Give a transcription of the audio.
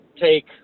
take